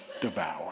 devour